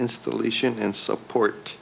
installation and support